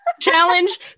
Challenge